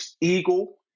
eagle